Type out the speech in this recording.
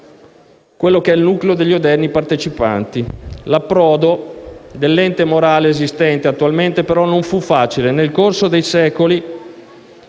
quello che è il nucleo degli odierni partecipanti. L'approdo all'ente morale esistente attualmente però non fu facile: nel corso dei secoli